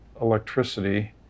electricity